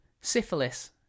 Syphilis